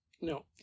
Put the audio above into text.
no